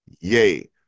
yay